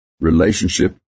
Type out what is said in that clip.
relationship